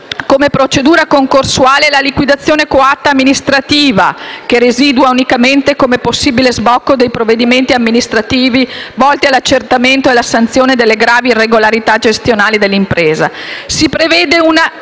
come procedura concorsuale la liquidazione coatta amministrativa, che residua unicamente come possibile sbocco dei procedimenti amministrativi volti all'accertamento e alla sanzione delle gravi irregolarità gestionali dell'impresa; si prevede una